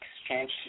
exchange